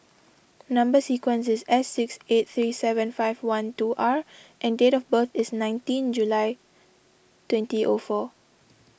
Number Sequence is S six eight three seven five one two R and date of birth is nineteen July twenty O four